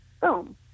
boom